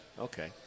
Okay